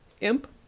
imp